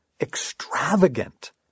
extravagant